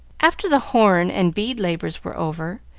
after the horn and bead labors were over,